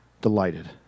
delighted